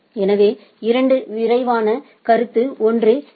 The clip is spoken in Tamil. எனவே 2 விரைவான கருத்து ஒன்று பி